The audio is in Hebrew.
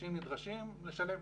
אנשים נדרשים לשלם,